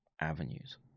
avenues